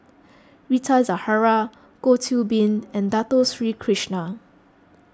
Rita Zahara Goh Qiu Bin and Dato Sri Krishna